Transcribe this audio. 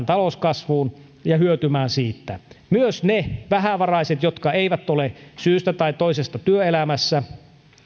talouskasvuun ja hyötymään siitä myös niiden vähävaraisten jotka eivät ole syystä tai toisesta työelämässä jotka